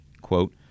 quote